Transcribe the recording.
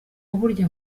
burya